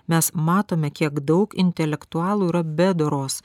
mes matome kiek daug intelektualų yra be doros